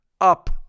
up